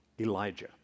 Elijah